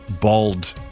bald